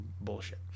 bullshit